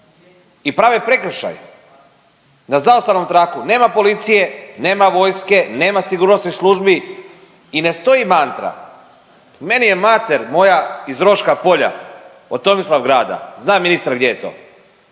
i prave prekršaj, na zaustavnom traku nema policije, nema vojske, nema sigurnosnih službi i ne stoji mantra, meni je mater moja iz Roška Polja od Tomislavgrada, zna ministar gdje je to,